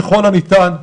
ככל הניתן,